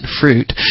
fruit